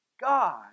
God